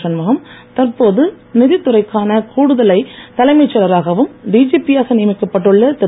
ஷண்முகம் தற்போது நிதித்துறைக்கான கூடுதலை தலைமைச் செயலராகவும் டிஜிபி யாக நியமிக்கப்பட்டுள்ள திரு